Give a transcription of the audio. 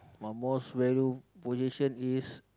my most valued possession is